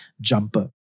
jumper